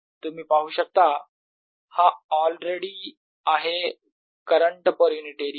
तुम्ही पाहू शकता हा ऑलरेडी आहे करंट पर युनिट एरिया